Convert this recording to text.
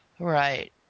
Right